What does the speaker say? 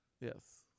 yes